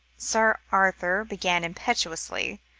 sir arthur began impetuously,